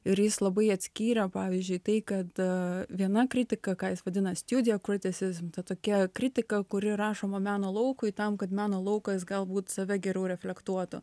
ir jis labai atskyrė pavyzdžiui tai kad a viena kritika ką jis vadina studio kritisizm tokia kritika kuri rašoma meno laukui tam kad meno laukas galbūt save geriau reflektuotų